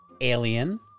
Alien